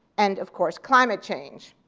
and of course, climate change.